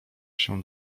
się